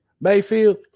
Mayfield